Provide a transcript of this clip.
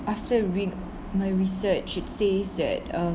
after re~ my research it says that uh